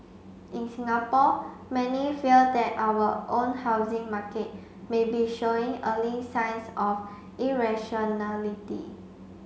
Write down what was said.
in Singapore many fear that our own housing market may be showing early signs of irrationality